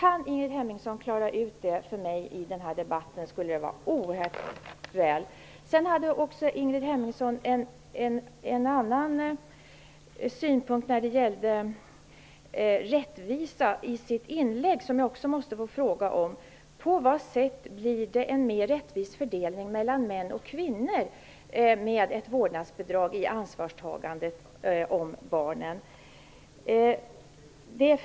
Kan Ingrid Hemmingsson klara ut det för mig i den här debatten skulle det vara mycket bra. Ingrid Hemmingsson hade också en annan synpunkt på rättvisa i sitt inlägg, som jag också måste få fråga om. På vilket sätt blir det en mera rättvis fördelning mellan män och kvinnor när det gäller ansvarstagandet för barnen med ett vårdnadsbidrag?